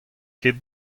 ket